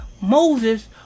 Moses